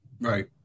right